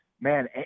man